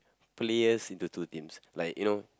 players into two teams like you know